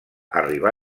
arribar